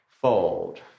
Fold